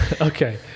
okay